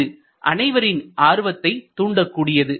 இது அனைவரின் ஆர்வத்தைத் தூண்டக்கூடியது